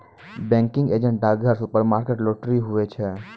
banking agent डाकघर, supermarket, lottery, हुवै छै